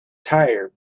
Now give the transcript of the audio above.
tire